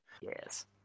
Yes